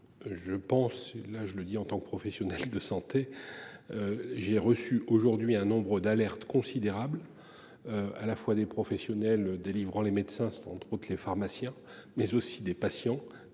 Je pense et là je le dis en tant que professionnel de santé. J'ai reçu aujourd'hui un nombre d'alertes considérable. À la fois des professionnels, délivrant les médecins sont entre autres les pharmaciens mais aussi des patients